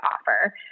offer